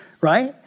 right